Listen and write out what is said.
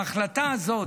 ההחלטה הזאת,